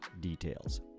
details